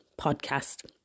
podcast